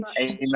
Amen